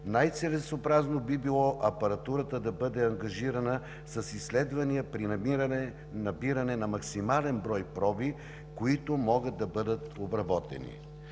най-целесъобразно би било апаратурата да бъде ангажирана с изследвания при набиране на максимален брой проби, които могат да бъдат обработени.